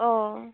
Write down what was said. অ